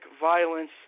violence